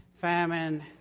famine